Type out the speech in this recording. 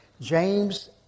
James